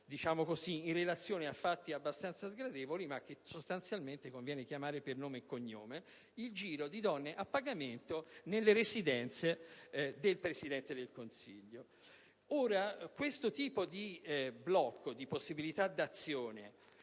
in relazione a fatti abbastanza sgradevoli, ma che sostanzialmente conviene chiamare per nome e cognome: il giro di donne a pagamento nelle sue residenze. Ora, questo tipo di blocco di possibilità d'azione